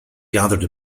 gathered